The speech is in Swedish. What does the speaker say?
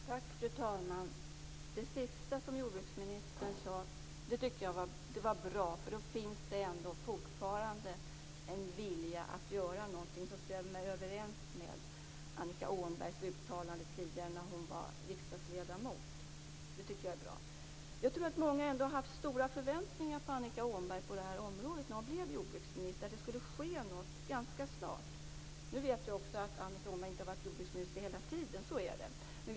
Fru talman! Det som jordbruksministern sade sist var bra, därför att då finns det fortfarande en vilja att göra någonting som stämmer överens med Annika Åhnbergs uttalande när hon var riksdagsledamot. Jag tror att många har haft stora förväntningar på Annika Åhnberg efter det att hon blev jordbruksminister på att det skulle ske någonting ganska snart på det här området. Jag vet också att Annika Åhnberg inte har varit jordbruksminister hela tiden.